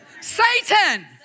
Satan